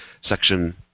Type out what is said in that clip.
section